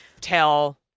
tell